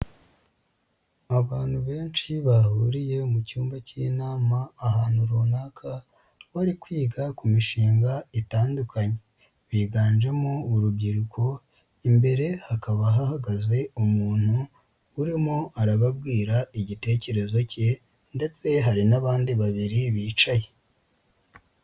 Abantu benshi bahuriye mu cyumba cy'inama ahantu runaka bari kwiga ku mishinga itandukanye, biganjemo urubyiruko, imbere hakaba hahagaze umuntu urimo arababwira igitekerezo cye, ndetse hari n'abandi babiri bicaye.